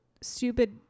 stupid